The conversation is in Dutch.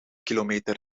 kilometer